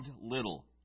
little